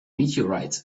meteorites